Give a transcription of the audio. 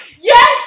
Yes